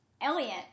Elliot